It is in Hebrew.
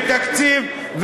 נא לסיים, אדוני.